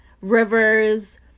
rivers